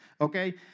okay